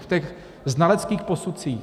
V těch znaleckých posudcích.